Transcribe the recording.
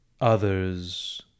others